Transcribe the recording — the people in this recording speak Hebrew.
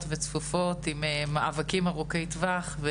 מאוד וצפופות עם מאבקים ארוכי טווח.